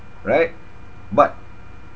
right but